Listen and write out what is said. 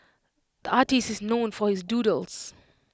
the artist is known for his doodles